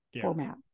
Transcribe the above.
format